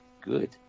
Good